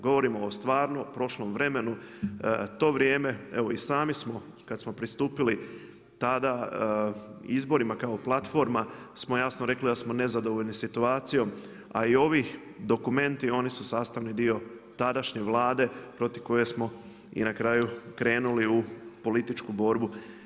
Govorimo o stvarno prošlom vremenu, to vrijeme evo i sami smo kada smo pristupili tada izborima kao platforma smo jasno rekli da smo nezadovoljni situacijom, a i ovi dokumenti oni su sastavni dio tadašnje Vlade protiv koje smo i na kraju krenuli u političku borbu.